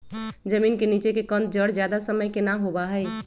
जमीन के नीचे के कंद जड़ ज्यादा समय के ना होबा हई